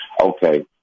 okay